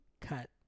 Cut